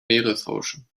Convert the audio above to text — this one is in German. meeresrauschen